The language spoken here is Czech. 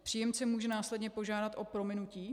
Příjemce může následně požádat o prominutí.